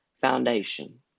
foundation